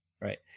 right